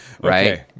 right